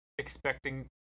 expecting